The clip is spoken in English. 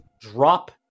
drop